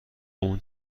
اون